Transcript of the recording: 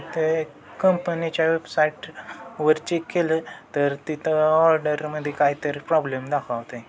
ते कंपनीच्या वेबसाईट वर चेक केलं तर तिथं ऑर्डरमध्ये काहीतरी प्रॉब्लेम दाखवतं आहे